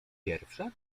pierwsza